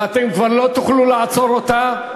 ואתם כבר לא תוכלו לעצור אותה.